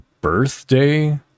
birthday